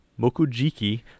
mokujiki